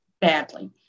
badly